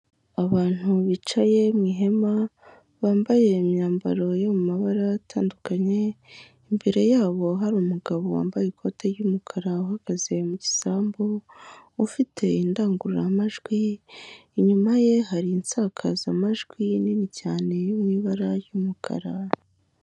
Abantu bicaye mu ihema, bambaye imyambaro yo mabara atandukanye, imbere yabo hari umugabo wambaye ikoti ry'umukara uhagaze mu gisambu, ufite indangururamajwi, inyuma ye hari insakazamajwi nini cyane yo mu ibara ry'umukara.